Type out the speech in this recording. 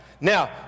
Now